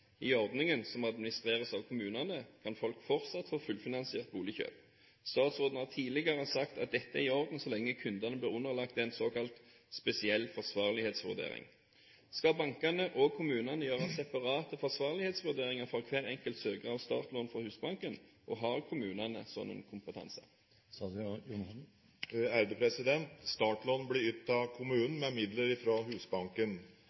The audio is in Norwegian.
I ordningen, som administreres av kommunene, kan folk fortsatt få fullfinansiert boligkjøp. Statsråden har tidligere sagt at dette er i orden så lenge kundene blir underlagt en «spesiell forsvarlighetsvurdering». Skal bankene og kommunene gjøre separate forsvarlighetsvurderinger for hver enkelt søker av startlån fra Husbanken, og har kommunene slik kompetanse?» Startlån ytes av kommunene med midler fra Husbanken.